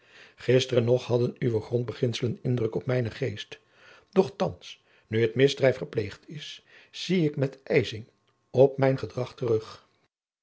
gisteren nog hadden uwe grondbeginselen indruk op mijnen geest doch thands nu het misdrijf gepleegd is zie ik met ijzing op mijn gedrag terug